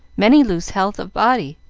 many lose health of body,